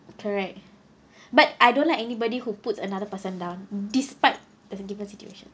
correct but I don't like anybody who puts another person down despite the situation